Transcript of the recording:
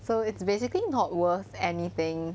so it's basically not worth anything